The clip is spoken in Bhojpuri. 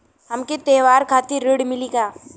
हमके त्योहार खातिर ऋण मिली का?